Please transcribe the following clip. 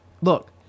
Look